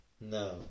No